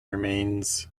remains